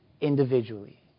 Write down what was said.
individually